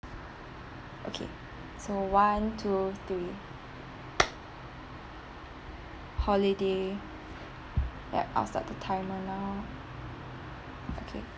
okay so one two three holiday yup I'll start the timer now okay